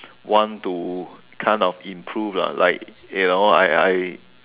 want to kind of improve lah like you know I I I